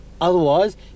Otherwise